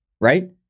right